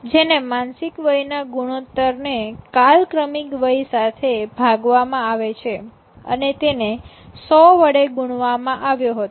જેને માનસિક વય ના ગુણોત્તર ને કાલક્રમિક વય સાથે ભાગવામાં આવે છે અને તેને ૧૦૦ વડે ગુણવામાં આવ્યો હતો